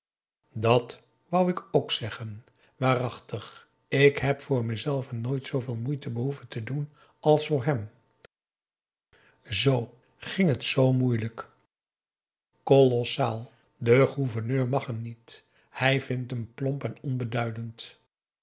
dat wou ik ook zeggen waarachtig ik heb voor mezelven nooit zooveel moeite behoeven te doen als voor hem zoo ging het zoo moeilijk kolossaal de gouverneur mag hem niet hij vindt hem plomp en onbeduidend